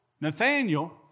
Nathaniel